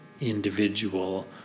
individual